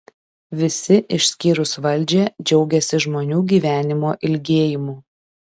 visi išskyrus valdžią džiaugiasi žmonių gyvenimo ilgėjimu